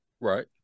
Right